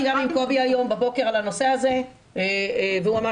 הבוקר עם קובי על הנושא הזה והוא אמר